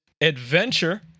adventure